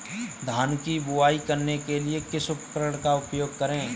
धान की बुवाई करने के लिए किस उपकरण का उपयोग करें?